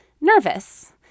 nervous